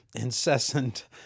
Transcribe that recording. incessant